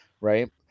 Right